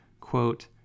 quote